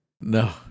No